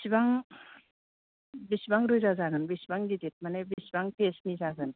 बिसिबां बिसिबां रोजा जागोन बिसिबां गिदित मानि बिसिबां पेजनि जागोन